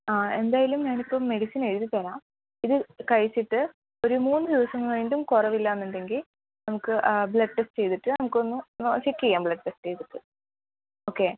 ആ എന്തായാലും ഞാൻ ഇപ്പോൾ മെഡിസിൻ എഴുതി തരാം ഇത് കഴിച്ചിട്ട് ഒരു മൂന്ന് ദിവസം കഴിഞ്ഞിട്ടും കുറവില്ല എന്നുണ്ടെങ്കിൽ നമുക്ക് ബ്ലഡ് ടെസ്റ്റ് ചെയ്തിട്ട് നമുക്ക് ഒന്ന് ചെക്ക് ചെയ്യാം ബ്ലഡ് ടെസ്റ്റ് ചെയ്തിട്ട് ഓക്കേ